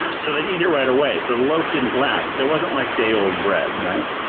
so they'd eat it right away, so the loaf didn't last. there wasn't like day-old bread. right?